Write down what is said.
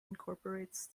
incorporates